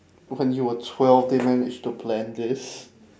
when you were twelve they managed to plan this